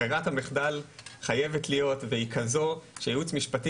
ברירת המחדל חייבת להיות והיא כזו שייעוץ משפטי